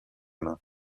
main